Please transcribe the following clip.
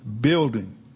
building